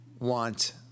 want